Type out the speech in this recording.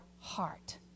heart